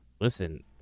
Listen